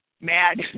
mad